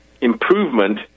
improvement